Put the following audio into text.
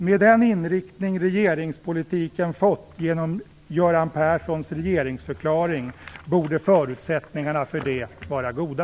Med den inriktning regeringspolitiken fått genom Göran Perssons regeringsförklaring borde förutsättningarna för det vara goda.